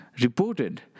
reported